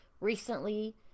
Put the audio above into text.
recently